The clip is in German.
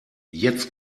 jetzt